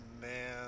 man